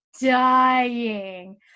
dying